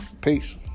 Peace